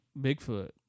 Bigfoot